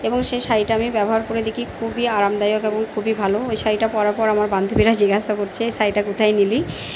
এবং সেই শাড়িটা আমি ব্যবহার করে দেখি খুবই আরামদায়ক এবং খুবই ভালো ওই শাড়িটা পরার পর আমার বান্ধবীরা জিগাসা করছে শাড়িটা কোথায় নিলি